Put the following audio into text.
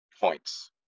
points